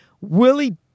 Willie